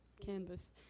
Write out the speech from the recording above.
canvas